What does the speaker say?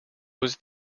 was